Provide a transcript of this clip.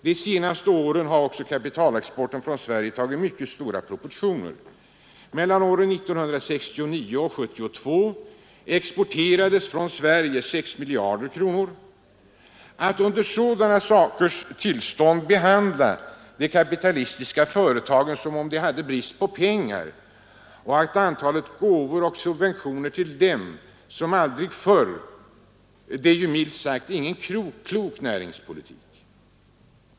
De senaste åren har också kapitalexporten från Sverige tagit mycket stora proportioner. Mellan 1969 och 1972 exporterades från Sverige 6 miljarder kronor. Att vid ett sådant sakernas tillstånd behandla de kapitalistiska företagen som om de hade brist på pengar, och att öka antalet gåvor och subventioner till dem som aldrig förr, det är minst sagt ingen klok näringspolitik.